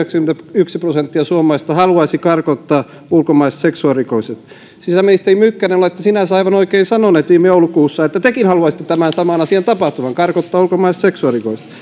yhdeksänkymmentäyksi prosenttia suomalaisista haluaisi karkottaa ulkomaalaiset seksuaalirikolliset sisäministeri mykkänen olette sinänsä aivan oikein sanoneet viime joulukuussa että tekin haluaisitte tämän saman asian tapahtuvan karkottaa ulkomaiset seksuaalirikolliset